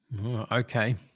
Okay